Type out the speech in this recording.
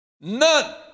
None